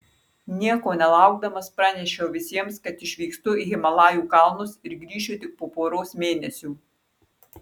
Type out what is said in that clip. nieko nelaukdamas pranešiau visiems kad išvykstu į himalajų kalnus ir grįšiu tik po poros mėnesių